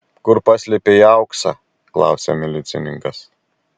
kur paslėpei auksą klausia milicininkas